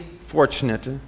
fortunate